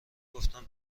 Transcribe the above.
گفتم